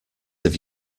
have